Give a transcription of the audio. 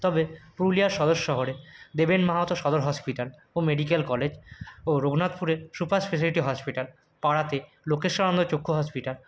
তবে পুরুলিয়ার সদর শহরে দেবেন মাহাতো সদর হসপিটাল ও মেডিকেল কলেজ ও রঘুনাথপুরে সুপার স্পেশালিটি হসপিটাল পাড়াতে লোকেশ্বরানন্দ চক্ষু হসপিটাল